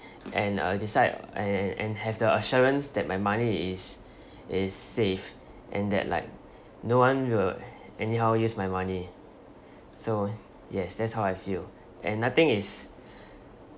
and uh decide and and and have the assurance that my money is is safe and that like no one will anyhow use my money so yes that's how I feel and nothing is